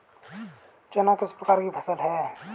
चना किस प्रकार की फसल है?